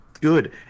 Good